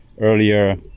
earlier